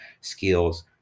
skills